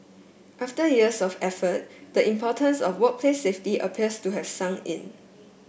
after years of effort the importance of workplace safety appears to have sunk in